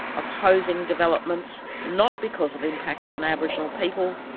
opposing developments, not because of impacts on aboriginal people,